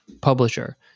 publisher